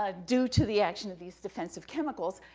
ah due to the action of these defensive chemicals.